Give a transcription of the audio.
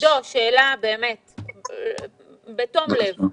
שאלה בתום לב.